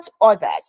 others